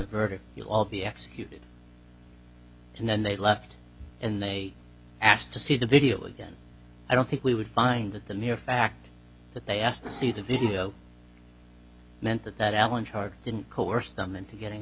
verdict you'll all be executed and then they left in they asked to see the video again i don't think we would find that the mere fact that they asked to see the video meant that that allen charge didn't coerce them into getting a